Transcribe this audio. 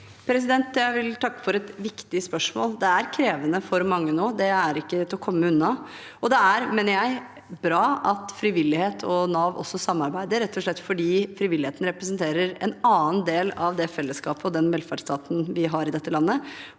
Jeg vil takke for et viktig spørsmål. Det er krevende for mange nå, det er ikke til å komme unna. Jeg mener det er bra at frivilligheten og Nav samarbeider, rett og slett fordi frivilligheten representerer en annen del av det fellesskapet og den velferdsstaten vi har i dette landet